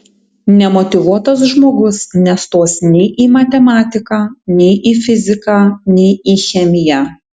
nemotyvuotas žmogus nestos nei į matematiką nei į fiziką nei į chemiją